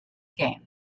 game